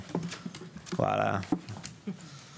פוליטיקה שלא תבייש